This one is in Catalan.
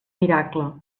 miracle